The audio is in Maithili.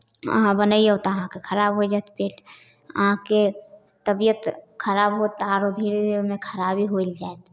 अहाँ बनैयौ तऽ अहाँके खराब हो जायत पेट अहाँके तबियत खराब होत तऽ आरो धीरे धीरे ओहिमे खराबे होइल जायत